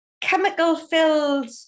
chemical-filled